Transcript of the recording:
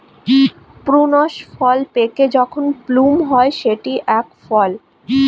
prunes ফল পেকে যখন প্লুম হয় সেটি এক ফল